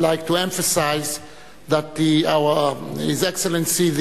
like to emphasize that his Excellency,